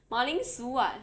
马铃薯 [what]